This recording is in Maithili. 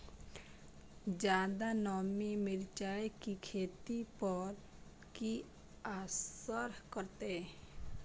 ज्यादा नमी मिर्चाय की खेती पर की असर करते?